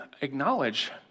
acknowledge